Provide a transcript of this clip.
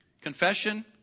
confession